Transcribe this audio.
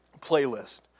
playlist